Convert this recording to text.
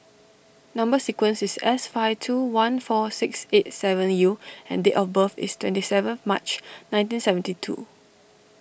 Number Sequence is S five two one four six eight seven U and date of birth is twenty seven March nineteen seventy two